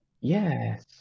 Yes